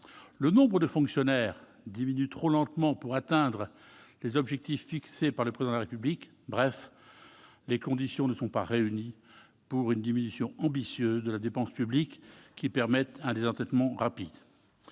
Le nombre de fonctionnaires diminue trop lentement pour que les objectifs fixés par le Président de la République puissent être atteints. Bref, les conditions ne sont pas réunies pour une diminution ambitieuse de la dépense publique qui permette un désendettement rapide.